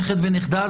נכד ונכדה,